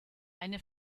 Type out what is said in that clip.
eine